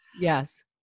Yes